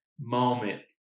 moment